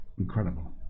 Incredible